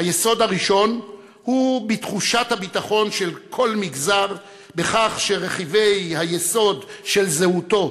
היסוד הראשון הוא תחושת הביטחון של כל מגזר בכך שרכיבי היסוד של זהותו,